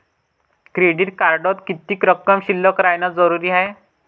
Credit कार्डात किती रक्कम शिल्लक राहानं जरुरी हाय?